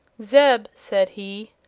zeb, said he,